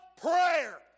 prayer